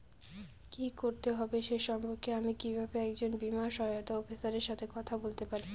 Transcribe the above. কী করতে হবে সে সম্পর্কে আমি কীভাবে একজন বীমা সহায়তা অফিসারের সাথে কথা বলতে পারি?